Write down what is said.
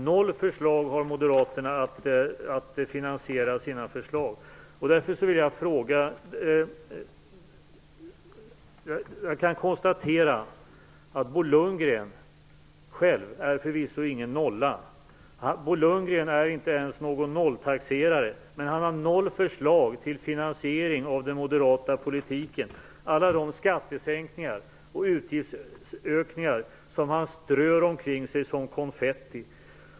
Noll förslag har alltså moderaterna att finansiera sina förslag med. Jag kan konstatera att Bo Lundgren själv förvisso inte är någon nolla. Han är inte ens någon nolltaxerare. Men han har noll förslag till finansiering av den moderata politiken - till alla de skattesänkningar och utgiftsökningar som han strör omkring sig som konfetti.